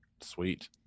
Sweet